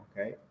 Okay